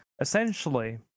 essentially